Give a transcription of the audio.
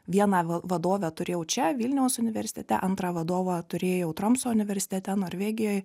viena vadovę turėjau čia vilniaus universitete antrą vadovą turėjau tromso universitete norvegijoj